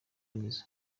nizo